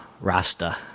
Rasta